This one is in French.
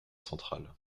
central